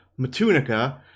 Matunica